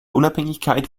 unabhängigkeit